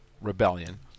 Rebellion